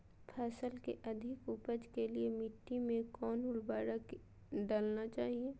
फसल के अधिक उपज के लिए मिट्टी मे कौन उर्वरक डलना चाइए?